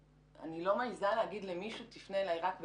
אני לא מעזה להגיד למישהו תפנה אליי רק בפקס,